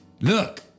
Look